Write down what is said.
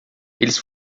eles